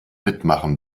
mitmachen